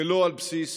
ולא על בסיס